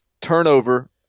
Turnover